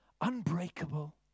unbreakable